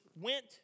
went